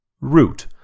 Root